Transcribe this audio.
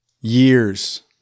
years